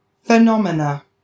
Phenomena